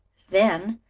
then,